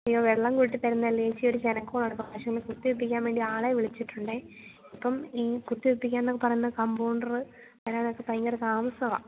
അയ്യോ വെള്ളംകൂട്ടി തരുന്നതല്ല ചേച്ചി ഒരു ചെനക്കോളാണ് പശുവിനെ കുത്തിവെപ്പിക്കാൻ വേണ്ടി ആളെ വിളിച്ചിട്ടുണ്ട് അപ്പം ഈ കുത്തിവെപ്പിക്കാമെന്നു പറയുന്ന കമ്പോണ്ടര് അയാൾക്ക് ഭയങ്കര താമസമാണ്